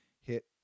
hit